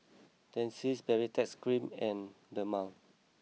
Dentiste Baritex cream and Dermale